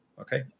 okay